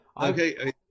Okay